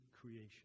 creation